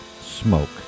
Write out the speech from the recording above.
smoke